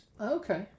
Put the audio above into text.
Okay